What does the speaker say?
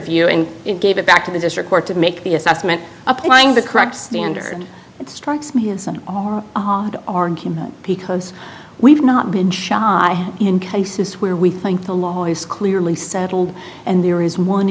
view and gave it back to the district court to make the assessment applying the correct standard it strikes me as odd because we've not been shy in cases where we think the law is clearly settled and there is one